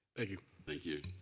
thank you. thank you.